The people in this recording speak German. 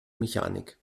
mechanik